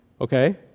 Okay